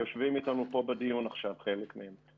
שיושבים איתנו פה בדיון עכשיו חלק מהם.